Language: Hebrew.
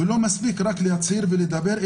לא מספיק רק להצהיר ולדבר,